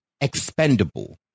expendable